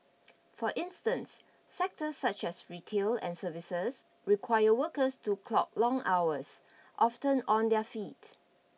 for instance sectors such as retail and services require workers to clock long hours often on their feet